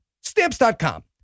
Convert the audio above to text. Stamps.com